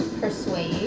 Persuade